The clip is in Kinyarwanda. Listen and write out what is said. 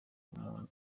umuntu